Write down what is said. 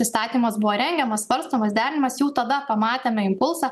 įstatymas buvo rengiamas svarstomas derinimas jau tada pamatėme impulsą